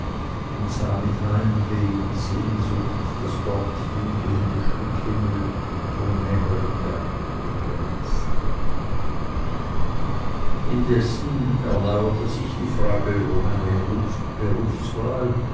und sah mit heimweh und sehnsucht das dorthin gehende stück himmel von näheren bergen begrenzt indessen erneuerte sich die frage über meine